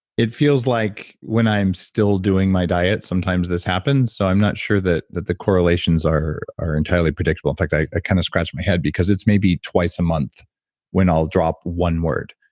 it feels like when i'm still doing doing my diet, sometimes this happens. so i'm not sure that that the correlations are are entirely predictable. in fact, i kind of scratch my head because it's maybe twice a month when i'll drop one word.